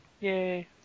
Yay